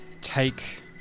take